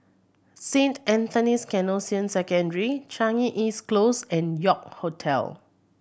Saint Anthony's Canossian Secondary Changi East Close and York Hotel